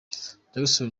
jackson